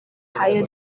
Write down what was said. higher